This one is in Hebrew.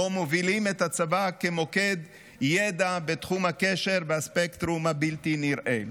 שבו מובילים את הצבא כמוקד ידע בתחום הקשר והספקטרום הבלתי-נראה,